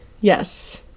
Yes